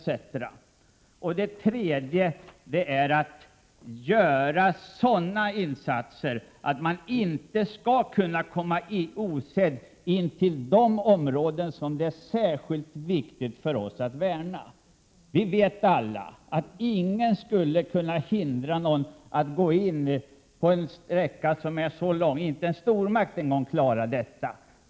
För det tredje bör vi skaffa fast bevakning så att man inte skall kunna komma osedd in till de områden som det är särskilt viktigt för oss att värna. Vi vet att ingen, inte ens en stormakt, skulle kunna ha kontinuerlig bevakning längs en kust så lång som Sveriges.